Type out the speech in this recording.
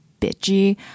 bitchy